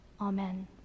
Amen